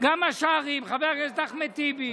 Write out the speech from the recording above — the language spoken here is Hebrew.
גם השרעיים, חבר הכנסת אחמד טיבי,